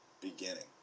beginning